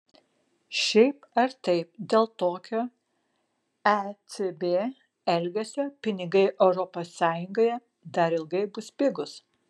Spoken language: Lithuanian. šiaip ar taip dėl tokio ecb elgesio pinigai europos sąjungoje dar ilgai bus pigūs